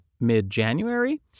mid-January